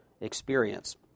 experience